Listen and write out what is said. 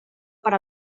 per